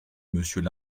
monsieur